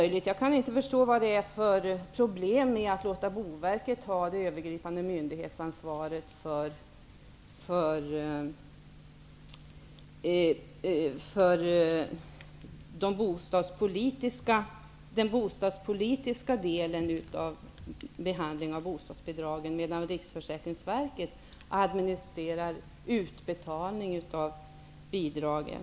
Jag kan inte förstå vad det kan vara för problem med att låta Boverket ha det övergripande myndighetsansvaret för den bostadspolitiska delen av behandlingen av bostadsbidragen, medan Riksförsäkringsverket administrerar utbetalning av bidragen.